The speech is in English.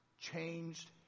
changed